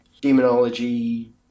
demonology